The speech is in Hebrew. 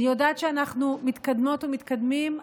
אני יודעת שאנחנו מתקדמות ומתקדמים,